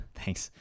thanks